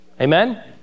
Amen